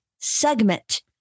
segment